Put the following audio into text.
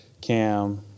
Cam